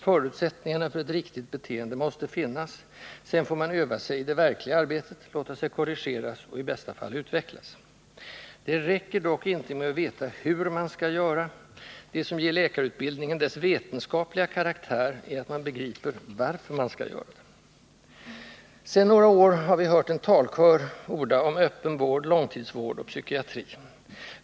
Förutsättningarna för ett riktigt beteende måste finnas — sedan får man öva sig i det verkliga arbetet, låta sig korrigeras och i bästa fall utvecklas. Det räcker dock inte med att veta hur man skall göra. Det som ger läkarutbildningen dess vetenskapliga karaktär är att man begriper varför man skall göra det. Sedan några år har vi hört en talkör orda om ”öppen vård, långtidsvård och psykiatri”.